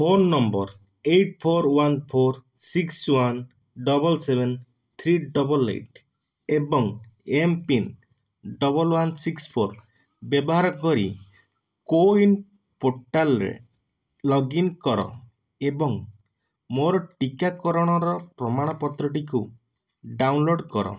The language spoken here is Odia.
phone number eight four one four six one double seven three double eight ଏବଂ MPIN double one six four ବ୍ୟବହାର କରି କୋୱିନ୍ ପୋର୍ଟାଲ୍ରେ ଲଗ୍ଇନ୍ କର ଏବଂ ମୋର ଟିକାକରଣର ପ୍ରମାଣପତ୍ରଟିକୁ ଡାଉନଲୋଡ଼୍ କର